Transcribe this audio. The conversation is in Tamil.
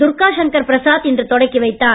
துர்கா சங்கர் பிரசாத் இன்று தொடக்கிவைத்தார்